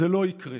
זה לא יקרה.